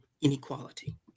inequality